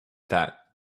that